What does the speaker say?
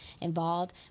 involved